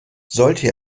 solche